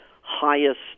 highest